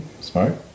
smart